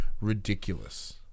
ridiculous